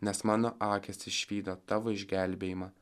nes mano akys išvydo tavo išgelbėjimą